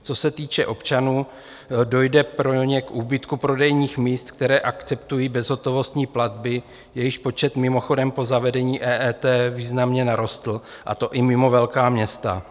Co se týče občanů, dojde pro ně k úbytku prodejních míst, která akceptují bezhotovostní platby, jejichž počet mimochodem po zavedení EET významně narostl, a to i mimo velká města.